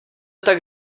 tak